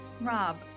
Rob